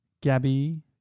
Gabby